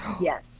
Yes